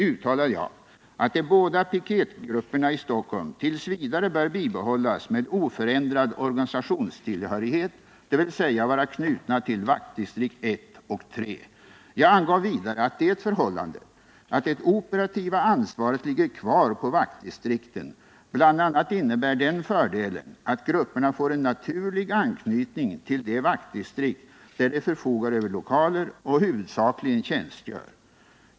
5 s. 53) uttalade jag att de båda piketgrupperna i Stockholm tills vidare bör bibehållas med oförändrad organisationstillhörighet, dvs. vara knutna till vaktdistrikt 1 och 3. Jag angav vidare att det förhållandet att det operativa ansvaret ligger kvar på vaktdistrikten bl.a. innebär den fördelen att grupperna får en naturlig anknytning till de vaktdistrikt där de förfogar över lokaler och huvudsakligen tjänstgör.